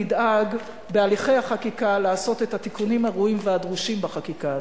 נדאג בהליכי החקיקה לעשות את התיקונים הראויים והדרושים בחקיקה הזאת.